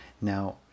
Now